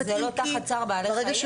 ברגע ש- -- אבל זה לא תחת צער בעלי חיים?